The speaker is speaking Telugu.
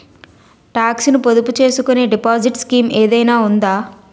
టాక్స్ ను పొదుపు చేసుకునే డిపాజిట్ స్కీం ఏదైనా ఉందా?